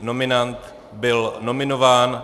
Nominant byl nominován.